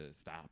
stop